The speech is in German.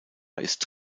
ist